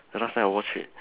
the last time I watch it